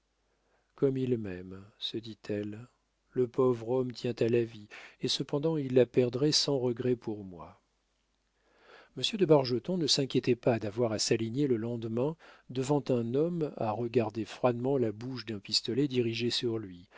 comme il m'aime se dit-elle le pauvre homme tient à la vie et cependant il la perdrait sans regret pour moi monsieur de bargeton ne s'inquiétait pas d'avoir à s'aligner le lendemain devant un homme à regarder froidement la bouche d'un pistolet dirigé sur lui